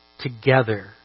together